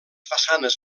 façanes